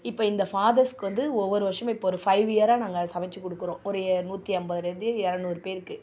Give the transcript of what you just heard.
இப்போ இந்த ஃபாதர்ஸ்க்கு வந்து ஒவ்வொரு வருஷமும் இப்போ ஒரு ஃபைவ் இயராக நாங்கள் சமைத்து கொடுக்குறோம் ஒரு நூற்றி ஐம்பதுலே இருந்து இரநூறு பேருக்கு